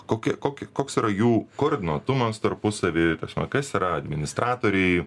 kokį kokį koks yra jų koordinuotumas tarpusavy tasme kas yra administratoriai